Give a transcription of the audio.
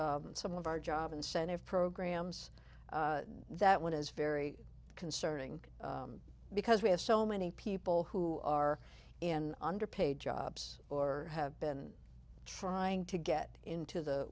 some of our job incentive programs that one is very concerning because we have so many people who are in underpaid jobs or have been trying to get into the